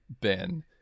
Ben